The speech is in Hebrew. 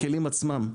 הכלים עצמם,